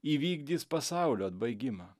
įvykdys pasaulio atbaigimą